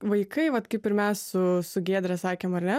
vaikai vat kaip ir mes su su giedre sakėm ar ne